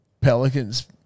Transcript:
pelicans